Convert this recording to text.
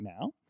now